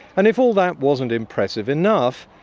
and if all that wasn't impressive enough,